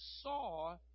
saw